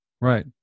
Right